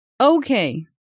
Okay